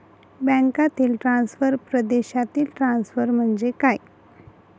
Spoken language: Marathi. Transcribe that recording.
बँकांतील ट्रान्सफर, परदेशातील ट्रान्सफर म्हणजे काय?